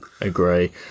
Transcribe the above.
Agree